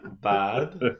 bad